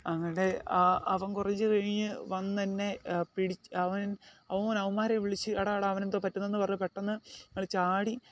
അങ്ങനെ അവൻ കുറച്ച് കഴിഞ്ഞ് വന്നു എന്നെ പിടിച്ച് അവൻ അവൻ അവൻമ്മാരെ വിളിച്ച് എടാ എടാ അവൻ എന്തോ പറ്റുന്നു എന്ന് പറഞ്ഞ് പെട്ടെന്ന് അങ്ങോട്ട് ചാടി